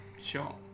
Sure